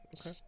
Okay